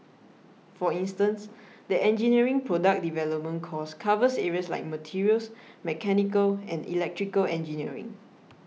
for instance the engineering product development course covers areas like materials mechanical and electrical engineering